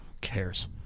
cares